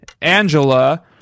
angela